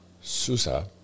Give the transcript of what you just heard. Susa